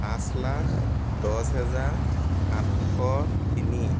পাঁচ লাখ দহ হেজাৰ আঠশ তিনি